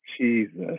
Jesus